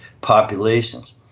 populations